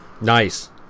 Nice